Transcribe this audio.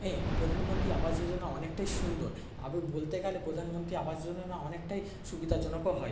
হ্যাঁ প্রধানমন্ত্রী আবাস যোজনা অনেকটাই সুন্দর আবার বলতে গেলে প্রধানমন্ত্রী আবাস যোজনা অনেকটাই সুবিধাজনকও হয়